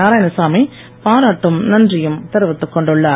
நாராயணசாமி பாராட்டும் நன்றியும் தெரிவித்துக் கொண்டுள்ளார்